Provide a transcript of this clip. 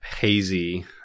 hazy